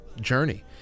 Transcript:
journey